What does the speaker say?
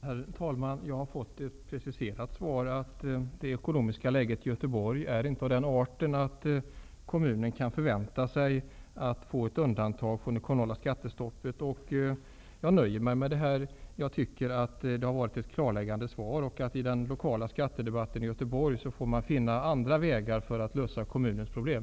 Herr talman! Jag har fått ett preciserat svar. Det ekonomiska läget i Göteborg är inte av den arten att kommunen kan förvänta sig att få göra ett undantag från det kommunala skattestoppet. Jag nöjer mig med det. Jag tycker att svaret har varit klarläggande. I den lokala skattedebatten i Göteborg får man finna andra vägar att gå för att lösa kommunens problem.